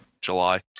July